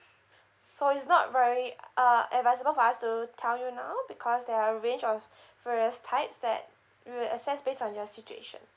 so it's not very uh advisable of us to tell you now because they're a range of various types that we will access based on your situation